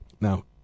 now